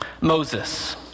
Moses